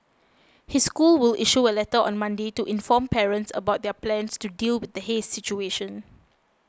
his school will issue a letter on Monday to inform parents about their plans to deal with the haze situation